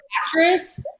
actress